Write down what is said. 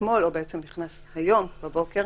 היום בבוקר,